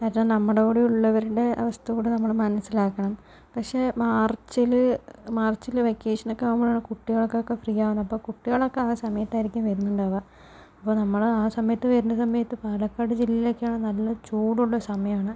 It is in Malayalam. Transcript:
അത് നമ്മുടെ കൂടെ ഉള്ളവരുടെ അവസ്ഥ കൂടി നമ്മൾ മനസ്സിലാക്കണം പക്ഷെ മാർച്ചിൽ മാർച്ചിൽ വെക്കേഷനൊക്കെ ആകുമ്പോഴാണ് കുട്ടികൾക്കൊക്കെ ഫ്രീ ആകുന്നത് അപ്പോൾ കുട്ടികളൊക്കെ ആ സമയത്തായിരിക്കും വരുന്നുണ്ടാവുക അപ്പോൾ നമ്മൾ ആ സമയത്ത് വരുന്ന സമയത്ത് പാലക്കാട് ജില്ലയിൽ ഒക്കെ ആണെങ്കിൽ നല്ല ചൂടുള്ള സമയമാണ്